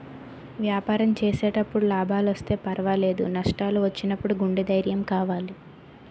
వ్యాపారం చేసేటప్పుడు లాభాలొస్తే పర్వాలేదు, నష్టాలు వచ్చినప్పుడు గుండె ధైర్యం కావాలి